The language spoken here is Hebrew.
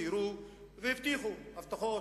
סיירו והבטיחו הבטחות,